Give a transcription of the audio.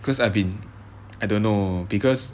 cause I've been I don't know because